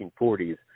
1940s